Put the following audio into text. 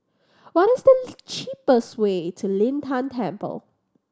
what is the cheapest way to Lin Tan Temple